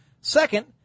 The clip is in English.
Second